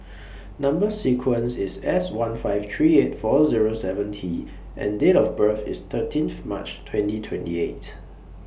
Number sequence IS S one five three eight four Zero seven T and Date of birth IS thirteen March twenty twenty eight